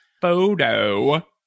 photo